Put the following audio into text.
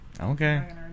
Okay